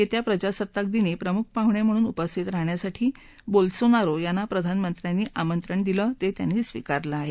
येत्या प्रजासत्ताक दिनी प्रमुख पाहुणे म्हणून उपस्थित राहण्यासाठी बोल्सोनारो यांना प्रधानमंत्र्यांनी आमंत्रण दिलं ते त्यांनी स्वीकारलं आहे